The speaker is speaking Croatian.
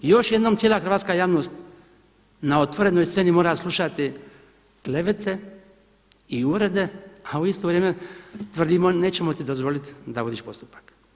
I još jednom cijela hrvatska javnost na otvorenoj sceni mora slušati klevete i uvrede a u isto vrijeme tvrdimo nećemo ti dozvoliti da vodiš postupak.